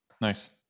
nice